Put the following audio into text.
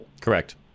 Correct